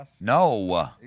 No